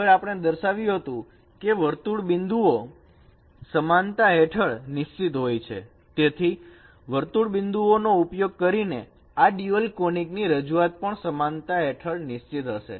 આગળ આપણે દર્શાવ્યું હતું કે વર્તુળ બિંદુઓ સમાનતા હેઠળ નિશ્ચિત હોય છે તેથી વર્તુળ બિંદુઓ નો ઉપયોગ કરીને આ ડ્યુઅલ કોનીક ની રજૂઆત પણ સમાનતા હેઠળ નિશ્ચિત હશે